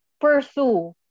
pursue